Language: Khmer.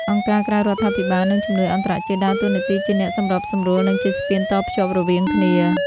អង្គការក្រៅរដ្ឋាភិបាល និងជំនួយអន្តរជាតិដើរតួនាទីជាអ្នកសម្របសម្រួល និងជាស្ពានតភ្ជាប់រវាងគ្នា។